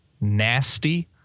nasty